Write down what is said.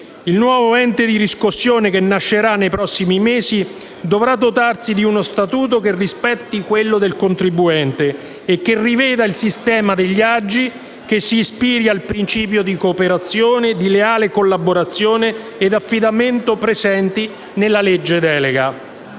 Il nuovo ente di riscossione, che nascerà nei prossimi mesi, dovrà dotarsi di uno statuto che rispetti quello del contribuente, che riveda il sistema degli aggi e si ispiri ai principi di cooperazione, di leale collaborazione e di affidamento, presenti nella legge delega.